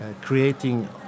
Creating